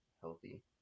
healthy